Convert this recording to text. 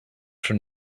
for